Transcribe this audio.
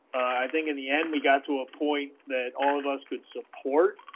i think in the end we got to a point that all of us could support,